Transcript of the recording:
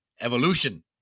Evolution